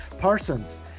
Parsons